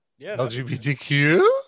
LGBTQ